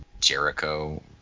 Jericho